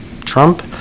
Trump